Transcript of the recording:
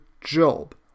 job